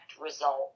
result